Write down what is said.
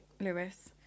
Lewis